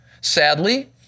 Sadly